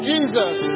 Jesus